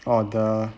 oh the